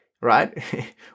right